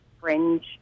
fringe